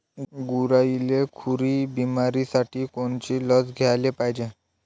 गुरांइले खुरी बिमारीसाठी कोनची लस द्याले पायजे?